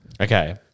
okay